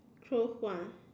close one